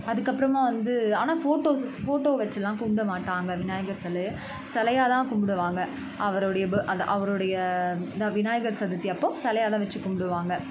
அதுக்கு அப்புறமா வந்து ஆனால் போட்டோஸஸ் ஃபோட்டோ வச்சுலாம் கும்பிட மாட்டாங்கள் விநாயகர் சிலைய சிலையா தான் கும்பிடுவாங்க அவருடைய ப அந்த அவருடைய அதுதான் விநாயகர் சதுர்த்தி அப்போது சிலையா தான் வச்சி கும்பிடுவாங்க